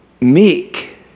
meek